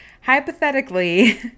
hypothetically